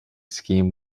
scheme